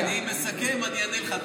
אני מסכם, אני אענה לך.